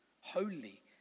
holy